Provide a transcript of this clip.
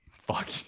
Fuck